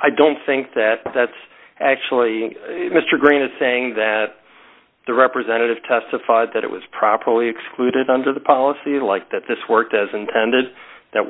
i don't think that that's actually mr green is saying that the representative testified that it was properly excluded under the policy like that this worked as intended that